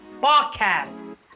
podcast